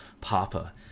Papa